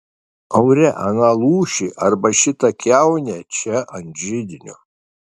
aure aną lūšį arba šitą kiaunę čia ant židinio